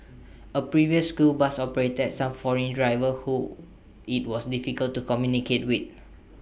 A previous school bus operator had some foreign drivers who IT was difficult to communicate with